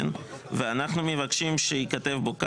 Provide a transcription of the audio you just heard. ואנחנו מבקשים שייכתב בו כך: